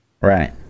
Right